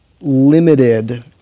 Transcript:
limited